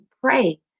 pray